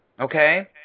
Okay